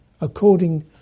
according